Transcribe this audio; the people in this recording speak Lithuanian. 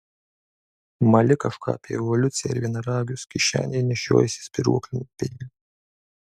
mali kažką apie evoliuciją ir vienaragius kišenėje nešiojiesi spyruoklinį peilį